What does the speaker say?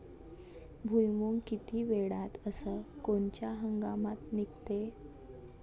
भुईमुंग किती वेळात अस कोनच्या हंगामात निगते?